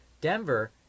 Denver